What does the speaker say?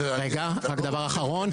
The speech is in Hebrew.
רק דבר אחרון.